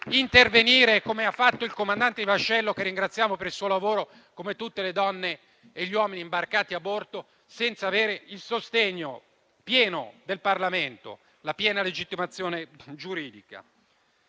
intervenire come ha fatto il comandante di vascello (che ringraziamo per il suo lavoro, così come tutte le donne e gli uomini imbarcati a bordo), senza avere il sostegno pieno del Parlamento e la piena legittimazione giuridica.